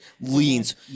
leans